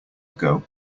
ago